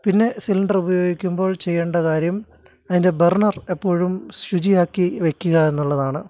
പിന്നെ സിലിണ്ടർ ഉപയോഗിക്കുമ്പോൾ ചെയ്യേണ്ട കാര്യം അതിൻ്റെ ബർണർ എപ്പോഴും ശുചിയാക്കി വെയ്ക്കുക എന്നുള്ളതാണ്